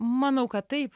manau kad taip